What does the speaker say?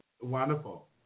Wonderful